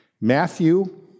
Matthew